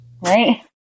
Right